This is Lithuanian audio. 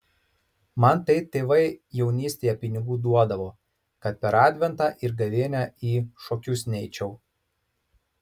man tai tėvai jaunystėje pinigų duodavo kad per adventą ir gavėnią į šokius neičiau